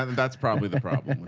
that's probably the problem